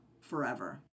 forever